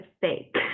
fake